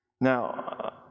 Now